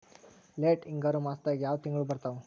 Late ಹಿಂಗಾರು ಮಾಸದಾಗ ಯಾವ್ ತಿಂಗ್ಳು ಬರ್ತಾವು?